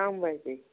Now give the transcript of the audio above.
نو بجے